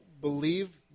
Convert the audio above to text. believe